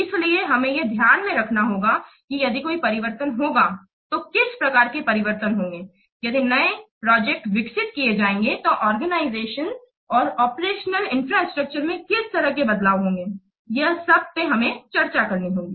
इसलिए हमें यह ध्यान रखना होगा कि यदि कोई परिवर्तन होगा तो किस प्रकार के परिवर्तन होंगे यदि नई प्रोजेक्ट विकसित किए जाएंगे तो ऑर्गेनाइजेशन और ऑपरेशनल इंफ्रास्ट्रक्चर में किस तरह के बदलाव होंगे यह सब पे हमें चर्चा करनी होगी